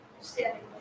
standing